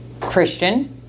Christian